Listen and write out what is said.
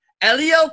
Elio